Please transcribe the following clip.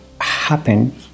happen